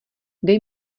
dej